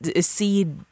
see